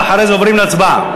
ואחרי זה עוברים להצבעה.